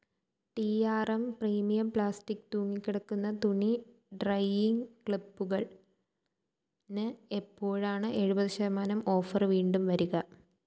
T R M premium plastic തൂങ്ങിക്കിടക്കുന്ന തുണി drying ക്ലിപ്പുകളിന് എപ്പോഴാണ് എഴുപത് ശതമാനം ഓഫർ വീണ്ടും വരിക